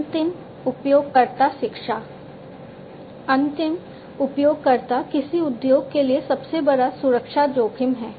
अंतिम उपयोगकर्ता शिक्षा अंतिम उपयोगकर्ता किसी उद्योग के लिए सबसे बड़ा सुरक्षा जोखिम हैं